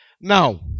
Now